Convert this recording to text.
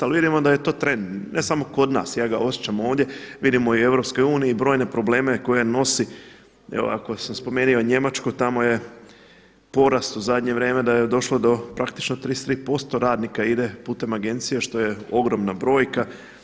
Ali vidimo da je jedan trend, ne samo kod nas, ja ga osjećam ovdje, vidimo i u EU brojne probleme koje nosi evo ako sam spomenuo Njemačku, tamo je porast u zadnje vrijeme da je došlo praktično 33% radnika ide putem agencija što ogromna brojka.